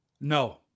No